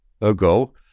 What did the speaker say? ago